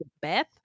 Beth